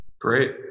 Great